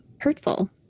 hurtful